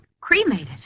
Cremated